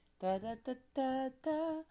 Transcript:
Da-da-da-da-da